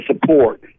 support